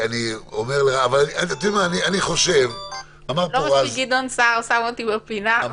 אמר פה רז --- לא מספיק שגדעון סער שם אותי בפינה,